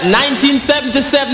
1977